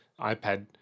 iPad